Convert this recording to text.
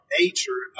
nature